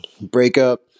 breakup